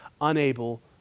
unable